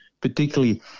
particularly